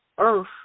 Earth